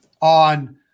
on